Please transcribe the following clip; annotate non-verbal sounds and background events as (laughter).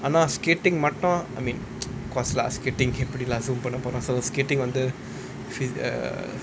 ஆனா:aanaa skating மட்டும்:mattum I mean (noise) of course lah skating எப்டி எல்லாம்:epdi ellaam Zoom பண்ணபோறோம்:pannaporom skating வந்து:vanthu err